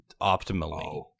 optimally